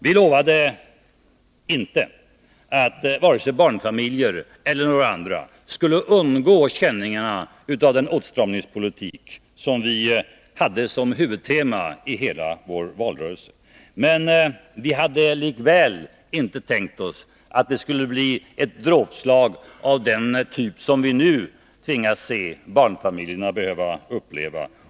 Vi lovade inte att vare sig barnfamiljer eller några andra skulle undgå att känna av den åtstramningspolitik som vi hade som huvudtema i hela valrörelsen, men vi kunde likväl inte tänka oss att det med en socialdemokratisk regering skulle bli fråga om ett dråpslag av den typ som barnfamiljerna nu får uppleva.